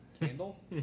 candle